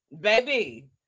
baby